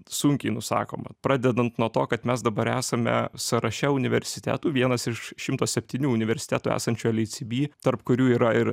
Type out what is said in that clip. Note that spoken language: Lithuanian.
sunkiai nusakoma pradedant nuo to kad mes dabar esame sąraše universitetų vienas iš šimto septynių universitetų esančių lhcb tarp kurių yra ir